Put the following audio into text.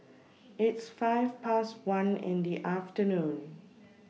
its five Past one in The afternoon